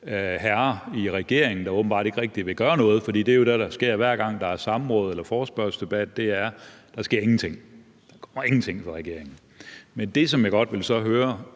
herrer i regeringen, der åbenbart ikke rigtig vil gøre noget. For det er jo det, der sker, hver gang der er samråd eller forespørgselsdebat, altså at der ingenting sker fra regeringens side. Men det, som jeg så godt vil høre